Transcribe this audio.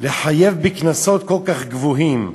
לחייב בקנסות כל כך גבוהים: